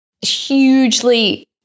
hugely